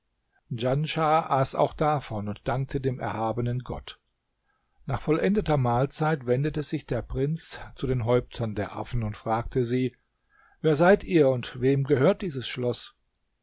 auch davon und dankte dem erhabenen gott nach vollendeter mahlzeit wendete sich der prinz zu den häuptern der affen und fragte sie wer seid ihr und wem gehört dieses schloß